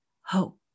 hope